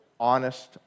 honest